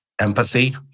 empathy